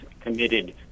committed